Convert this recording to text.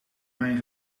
mijn